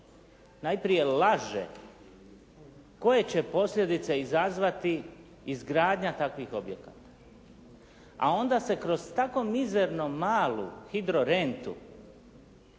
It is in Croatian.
najprije laže koje će posljedice izazvati izgradnja takvih objekata? A onda se kroz tako mizerno malu hidro rentu